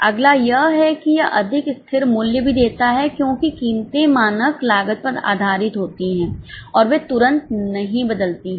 अगला यह है कि यह अधिक स्थिर मूल्य भी देता है क्योंकि कीमतें मानक लागत पर आधारित होती हैं और वे तुरंत नहीं बदलती हैं